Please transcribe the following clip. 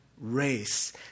race